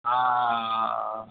હા